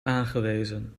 aangewezen